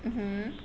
mmhmm